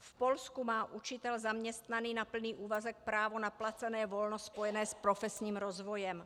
V Polsku má učitel zaměstnaný na plný úvazek právo na placené volno spojené s profesním rozvojem.